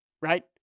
right